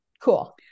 cool